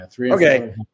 Okay